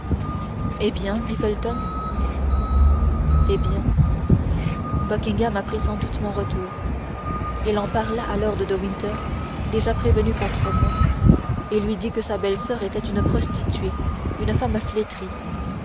eh bien dit felton eh bien buckingham apprit sans doute mon retour il en parla à lord de winter déjà prévenu contre moi et lui dit que sa bellesoeur était une prostituée une femme flétrie